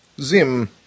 Zim